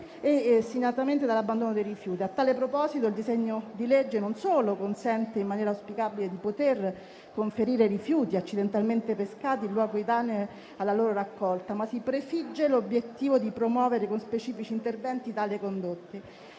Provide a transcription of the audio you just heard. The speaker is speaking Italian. dall'inquinamento e dall'abbandono dei rifiuti. A tale proposito il disegno di legge non solo consente, in maniera auspicabile, di poter conferire rifiuti accidentalmente pescati in luoghi idonei alla loro raccolta, ma si prefigge anche l'obiettivo di promuovere, con specifici interventi, tali condotte.